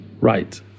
Right